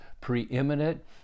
preeminent